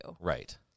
Right